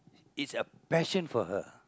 is a passion for her